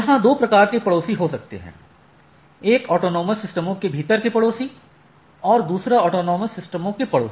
यहाँ दो प्रकार के पड़ोसी हो सकते हैं एक ऑटॉनमस सिस्टमों के भीतर के पड़ोसी और दूसरा ऑटॉनमस सिस्टमों के पड़ोसी